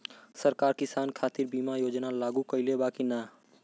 सरकार किसान खातिर बीमा योजना लागू कईले बा की ना?